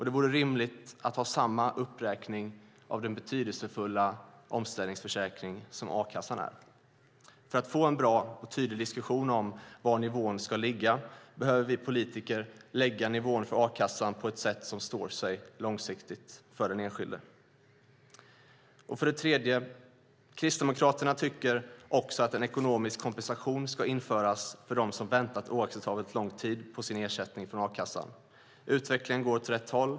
Det vore rimligt att göra samma uppräkning av den betydelsefulla omställningsförsäkring som a-kassan är. För att få en bra och tydlig diskussion om var nivån ska ligga behöver vi politiker lägga nivån för a-kassan på ett sätt som står sig långsiktigt för den enskilde. Kristdemokraterna tycker också att en ekonomisk kompensation ska införas för dem som har väntat oacceptabelt lång tid på sin ersättning från a-kassan. Utvecklingen går åt rätt håll.